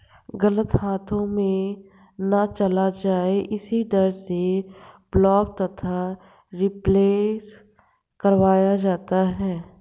गलत हाथों में ना चला जाए इसी डर से ब्लॉक तथा रिप्लेस करवाया जाता है